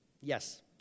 Yes